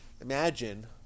imagine